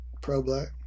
Pro-black